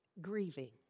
grieving